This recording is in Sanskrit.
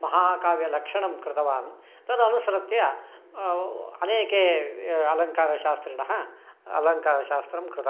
महाकाव्यलक्षणं कृतवान् तदनुसृत्य अनेके अलङ्कारशास्त्रिणः अलङ्कारशास्त्रं कृतं